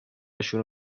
شروع